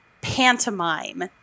pantomime